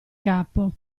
capo